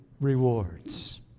rewards